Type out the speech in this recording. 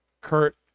kurt